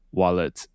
wallet